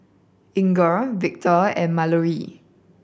Inger Victor and Mallory